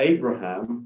Abraham